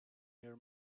near